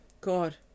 God